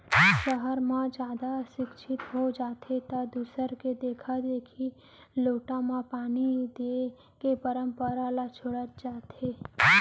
सहर म जादा सिक्छित हो जाथें त दूसर के देखा देखी लोटा म पानी दिये के परंपरा ल छोड़त जावत हें